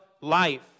life